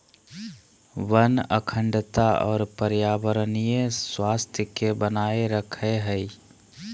वन अखंडता और पर्यावरणीय स्वास्थ्य के बनाए रखैय हइ